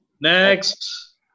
Next